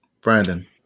Brandon